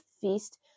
feast